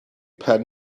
pen